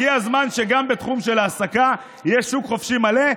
הגיע הזמן שגם בתחום של ההעסקה יהיה שוק חופשי מלא,